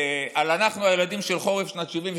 "אנחנו הילדים של חורף שנת 73'",